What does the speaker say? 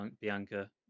Bianca